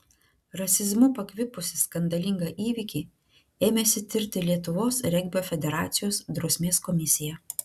rasizmu pakvipusį skandalingą įvykį ėmėsi tirti lietuvos regbio federacijos drausmės komisija